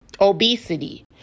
obesity